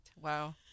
Wow